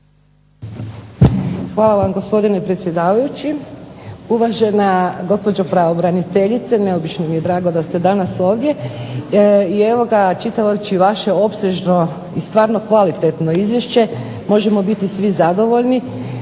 Hvala vam gospodine predsjedavajući. Uvažena gospođo pravobraniteljice. Neobično mi je drago da ste danas ovdje. I čitajući vaše opsežno i stvarno kvalitetno izvješće možemo biti svi zadovoljni,